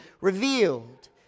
revealed